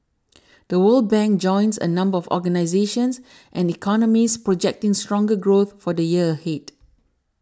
The World Bank joins a number of organisations and economists projecting stronger growth for the year ahead